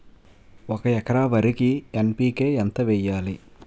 ఒక ఎకర వరికి ఎన్.పి.కే ఎంత వేయాలి?